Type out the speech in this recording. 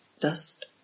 dust